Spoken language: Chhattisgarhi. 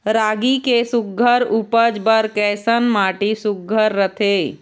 रागी के सुघ्घर उपज बर कैसन माटी सुघ्घर रथे?